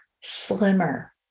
slimmer